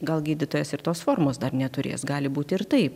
gal gydytojas ir tos formos dar neturės gali būti ir taip